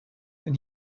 and